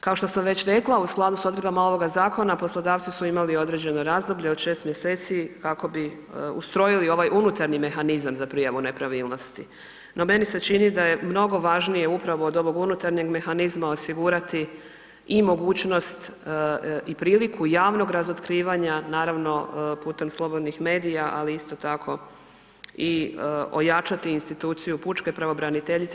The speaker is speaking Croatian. Kao što sam već rekla u skladu s odredbama ovog zakona poslodavci su imali određeno razdoblje od 6 mjeseci kako bi ustrojili ovaj unutarnji mehanizam za prijavu nepravilnosti, no meni se čini da je mnogo važnije upravo od ovog unutarnjeg mehanizma osigurati i mogućnost i priliku javnog razotkrivanja, naravno putem slobodnih medija, ali isto tako i ojačati instituciju pučke pravobraniteljice.